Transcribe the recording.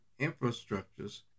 infrastructures